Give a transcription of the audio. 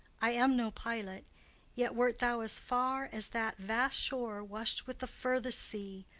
i am no pilot yet, wert thou as far as that vast shore wash'd with the farthest sea,